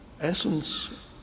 essence